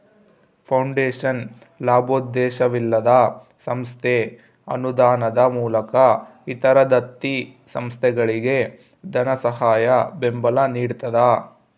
foundation ಲಾಭೋದ್ದೇಶವಿಲ್ಲದ ಸಂಸ್ಥೆ ಅನುದಾನದ ಮೂಲಕ ಇತರ ದತ್ತಿ ಸಂಸ್ಥೆಗಳಿಗೆ ಧನಸಹಾಯ ಬೆಂಬಲ ನಿಡ್ತದ